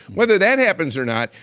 whether that happens or not,